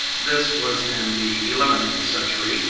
this was in the eleventh century,